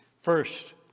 First